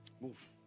Move